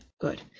good